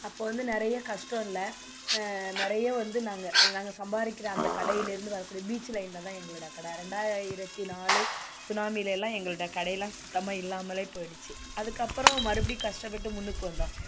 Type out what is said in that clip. அப்போ வந்து நிறைய கஷ்டம் இல்லை நிறைய வந்து நாங்கள் நாங்கள் சம்பாதிக்கிற அந்த கடையிலேருந்து வரக்கூடிய பீச்சு லைனில் தான் எங்களோட கடை ரெண்டாயிரத்தி நாலு சுனாமியில் எல்லாம் எங்களோட கடைலாம் சுத்தமாக இல்லாமல் போய்டுச்சி அதுக்கு அப்புறம் மறுபடி கஷ்டப்பட்டு முன்னுக்கு வந்தோம்